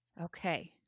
Okay